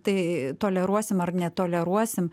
tai toleruosim ar netoleruosim